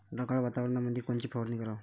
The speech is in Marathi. ढगाळ वातावरणामंदी कोनची फवारनी कराव?